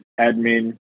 admin